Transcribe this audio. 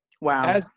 Wow